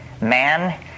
man